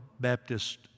Baptist